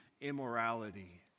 immorality